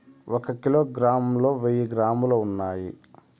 ఒక కిలోగ్రామ్ లో వెయ్యి గ్రాములు ఉన్నాయి